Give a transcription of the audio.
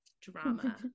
drama